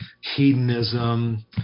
hedonism